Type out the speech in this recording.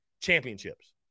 Championships